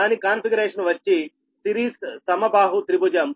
దాని కాన్ఫిగరేషన్ వచ్చి సిరీస్ సమబాహు త్రిభుజం